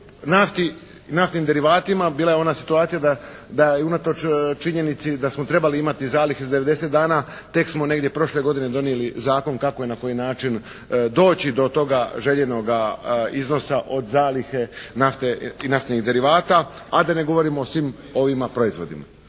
nafti, naftnim derivatima. Bila je ona situacija da je unatoč činjenici da smo trebali imati zalihe za 90 dana tek smo negdje prošle godine donijeli zakon kako i na koji način doći do toga željenoga iznosa od zalihe nafte i naftnih derivata. A da ne govorimo o svim ovima proizvodima.